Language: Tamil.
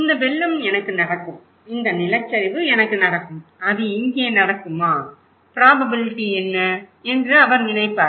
இந்த வெள்ளம் எனக்கு நடக்கும் இந்த நிலச்சரிவு எனக்கு நடக்கும் அது இங்கே நடக்குமா ப்ராபபிலிட்டி என்ன என்று அவர் நினைப்பார்